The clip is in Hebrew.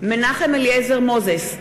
מנחם אליעזר מוזס,